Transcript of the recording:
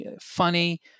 funny